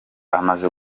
amaze